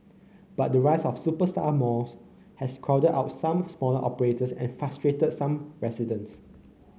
but the rise of superstar malls has crowded out some smaller operators and frustrated some residents